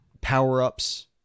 power-ups